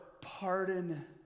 pardon